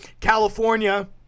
California